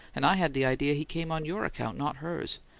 and i had the idea he came on your account, not hers.